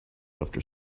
after